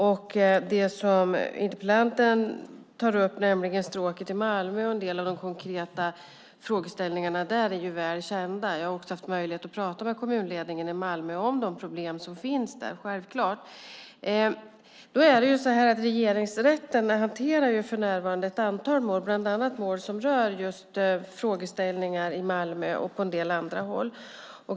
Det som interpellanten tar upp, nämligen Stråket i Malmö och en del av de konkreta frågeställningarna där, är väl känt. Jag har också haft möjlighet att prata med kommunledningen i Malmö om de problem som finns där. Regeringsrätten hanterar för närvarande ett antal mål som rör frågeställningar i Malmö och på en del andra håll.